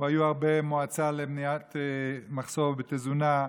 כבר הייתה מועצה למניעת מחסור בתזונה.